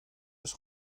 eus